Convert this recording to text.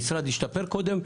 המשרד השתפר קודם,